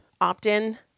opt-in